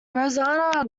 rosanna